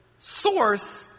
source